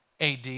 AD